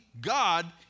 God